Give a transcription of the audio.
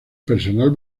personal